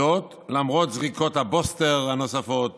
וזאת למרות זריקות הבוסטר הנוספות